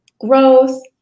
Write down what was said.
growth